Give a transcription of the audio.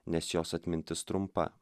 nes jos atmintis trumpa